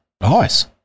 Nice